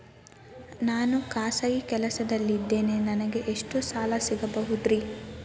ನಾನು ಖಾಸಗಿ ಕೆಲಸದಲ್ಲಿದ್ದೇನೆ ನನಗೆ ಎಷ್ಟು ಸಾಲ ಸಿಗಬಹುದ್ರಿ?